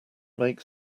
make